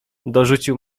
dorzucił